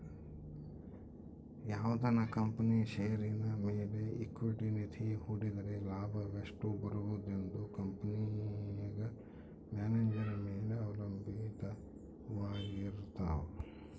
ಯಾವುದನ ಕಂಪನಿಯ ಷೇರಿನ ಮೇಲೆ ಈಕ್ವಿಟಿ ನಿಧಿ ಹೂಡಿದ್ದರೆ ಲಾಭವೆಷ್ಟು ಬರುವುದೆಂದು ಕಂಪೆನೆಗ ಮ್ಯಾನೇಜರ್ ಮೇಲೆ ಅವಲಂಭಿತವಾರಗಿರ್ತವ